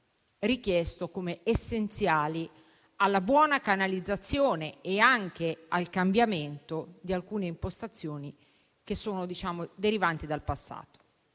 richiesto come essenziali alla buona canalizzazione e anche al cambiamento di alcune impostazioni derivanti dal passato.